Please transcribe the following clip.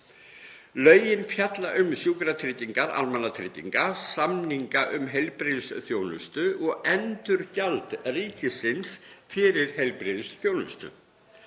Lögin fjalla um sjúkratryggingar almannatrygginga, samninga um heilbrigðisþjónustu og endurgjald ríkisins fyrir heilbrigðisþjónustu.